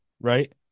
right